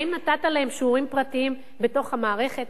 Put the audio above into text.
האם נתת להם שיעורים פרטיים בתוך המערכת?